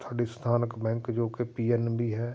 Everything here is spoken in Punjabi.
ਸਾਡੀ ਸਥਾਨਕ ਬੈਂਕ ਜੋ ਕਿ ਪੀ ਐੱਨ ਬੀ ਹੈ